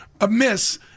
amiss